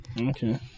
Okay